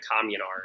Communard